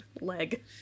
leg